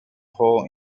hole